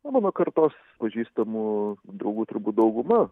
na mano kartos pažįstamų draugų turbūt dauguma